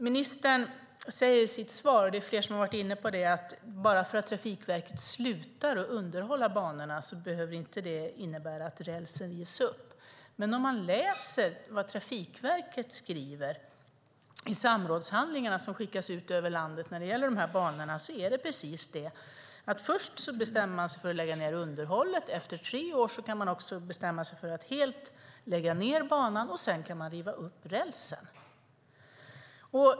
Ministern säger i sitt svar, och det är flera som har varit inne på det, att bara det att Trafikverket slutar att underhålla banorna inte behöver innebära att rälsen rivs upp. Men Trafikverket skriver i de samrådshandlingar som skickas ut över landet när det gäller de här banorna precis det. Först bestämmer man sig för att lägga ned underhållet. Efter tre år kan man bestämma sig för att helt lägga ned banan, och sedan kan man riva upp rälsen.